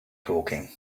talking